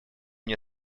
мне